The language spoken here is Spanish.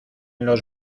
los